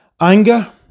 anger